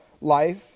life